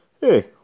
hey